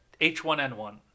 H1N1